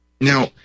Now